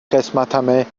قسمتمه